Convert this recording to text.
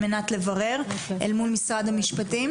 על מנת לברר אל מול משרד המשפטים.